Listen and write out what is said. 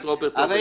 רוברט, רוברט.